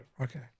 Okay